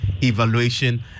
evaluation